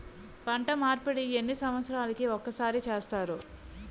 పంట మార్పిడి ఎన్ని సంవత్సరాలకి ఒక్కసారి చేస్తారు?